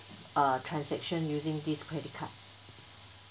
uh transaction using this credit card